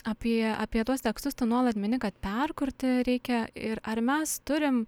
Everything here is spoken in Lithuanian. apie apie tuos tekstus tu nuolat mini kad perkurti reikia ir ar mes turim